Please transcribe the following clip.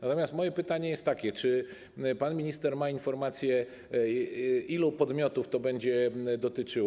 Natomiast moje pytanie jest takie: Czy pan minister ma informację, ilu podmiotów to będzie dotyczyło?